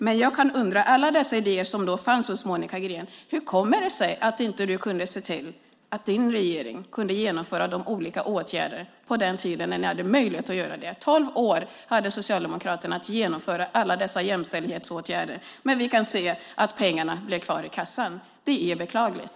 Hur kommer det sig att du, Monica Green, med alla de idéer som fanns hos dig inte kunde se till att din regering kunde genomföra dessa olika åtgärder under den tid när ni hade möjlighet att göra det? Tolv år hade Socialdemokraterna på sig att genomföra alla dessa jämställdhetsåtgärder, men vi kan se att pengarna blev kvar i kassan. Det är beklagligt.